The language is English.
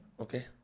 Okay